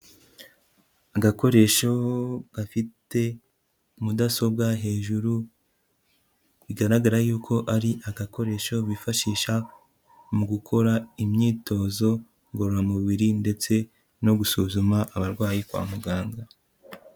Agakoresho gafite mudasobwa hejuru, bigaragara yuko ari agakoresho bifashisha mu gukora imyitozo ngororamubiri ndetse no gusuzuma abarwayi kwa muganga.